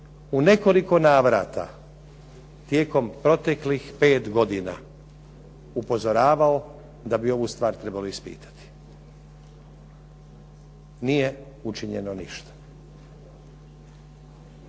u nekoliko navrata tijekom proteklih pet godina upozoravao da bi ovu stvar trebalo ispitati. Nije učinjeno ništa.